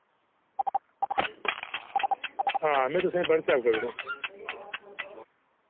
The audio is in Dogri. हां में तुसें व्हाट्सऐप करी ओड़ङ